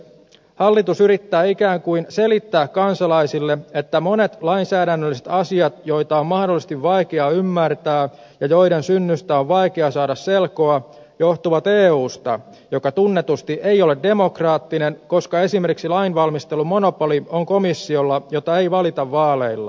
hallitus yrittää ikään kuin selittää kansalaisille että monet lainsäädännölliset asiat joita on mahdollisesti vaikea ymmärtää ja joiden synnystä on vaikea saada selkoa johtuvat eusta joka tunnetusti ei ole demokraattinen koska esimerkiksi lainvalmistelumonopoli on komissiolla jota ei valita vaaleilla